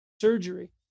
surgery